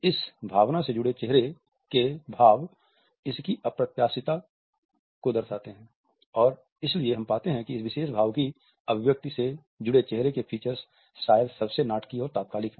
इस भावना से जुड़े चेहरे के भाव इसकी अप्रत्याशितता को दर्शाते हैं और इसलिए हम पाते हैं कि इस विशेष भाव की अभिव्यक्ति से जुड़े चेहरे के फीचर्स शायद सबसे नाटकीय और तात्कालिक हैं